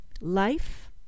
life